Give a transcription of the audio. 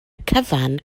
cyfan